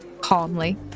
calmly